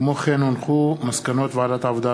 מסקנות ועדת העבודה,